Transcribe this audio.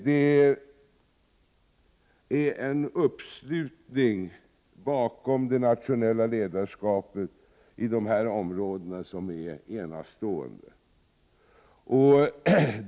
Det är en uppslutning bakom det nationella ledarskapet i de här områdena som är enastående.